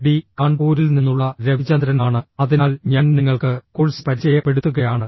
T കാൺപൂരിൽ നിന്നുള്ള രവിചന്ദ്രനാണ് അതിനാൽ ഞാൻ നിങ്ങൾക്ക് കോഴ്സ് പരിചയപ്പെടുത്തുകയാണ്